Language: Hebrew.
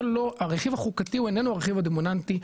הרכיב החוקתי הוא איננו הרכיב הדומיננטי.